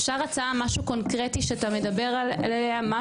אפשר הצעה משהו קונקרטי שאתה מדבר עליהם,